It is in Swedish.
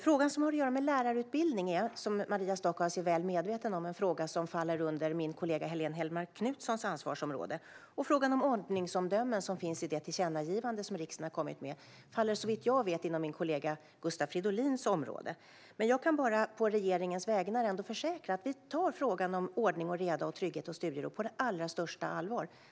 Frågan som har att göra med lärarutbildningen faller under min kollega Helene Hellmark Knutssons ansvarsområde, vilket Maria Stockhaus är väl medveten om. Och frågan om ordningsomdömen, som finns med i riksdagens tillkännagivande, tillhör såvitt jag vet min kollega Gustav Fridolins område. Jag kan bara å regeringens vägnar ändå försäkra Maria Stockhaus om att vi tar frågan om ordning och reda och trygghet och studiero på allra största allvar.